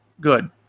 Good